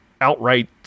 outright